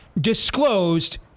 disclosed